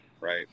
right